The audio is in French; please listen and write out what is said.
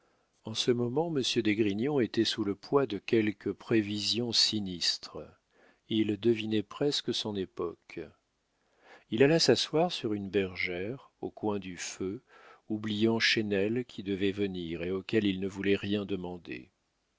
en ce moment monsieur d'esgrignon était sous le poids de quelque prévision sinistre il devinait presque son époque il alla s'asseoir sur une bergère au coin du feu oubliant chesnel qui devait venir et auquel il ne voulait rien demander